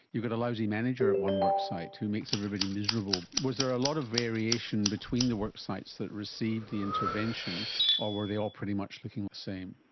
you get a lousy manager at one worksite who makes everybody miserable. was there a lot of variation between the worksites that received the intervention or were they all pretty much looking the same?